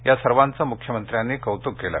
या सर्वांचे मुख्यमंत्र्यांनी कौत्क केले